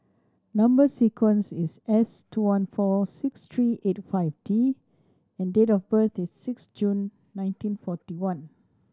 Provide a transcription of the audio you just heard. number sequence is S two one four six three eight five D and date of birth is six June nineteen forty one